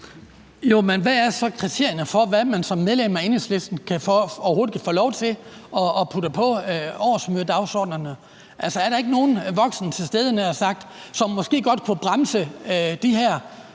(DD): Hvad er så kriterierne for, hvad man som medlem af Enhedslisten overhovedet kan få lov til at putte på årsmødedagsordenerne? Altså, er der ikke nogen voksen til stede, havde jeg nær sagt, som måske godt kunne bremse de her